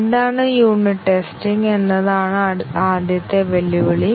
എന്താണ് unit testing എന്നതാണ് ആദ്യത്തെ വെല്ലുവിളി